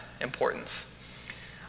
importance